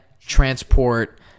transport